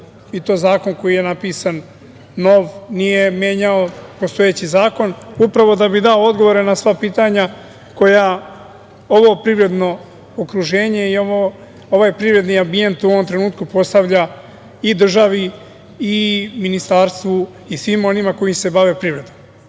i to zakon koji je napisan nov, nije menjao postojeći zakon, upravo da bi dao odgovore na sva pitanja koja ovo privredno okruženje i ovaj privredni ambijent u ovom trenutku postavlja i državi i Ministarstvu i svima onima koji se bave privredom.Zašto